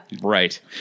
right